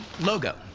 Logo